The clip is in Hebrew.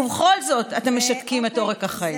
ובכל זאת אתם משתקים את עורק החיים.